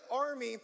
army